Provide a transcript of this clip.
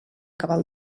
cabal